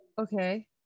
okay